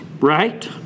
right